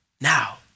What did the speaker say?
now